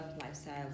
lifestyle